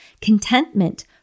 contentment